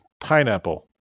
pineapple